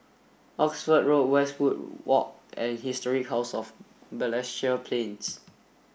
Oxford Road Westwood Walk and Historic House of Balestier Plains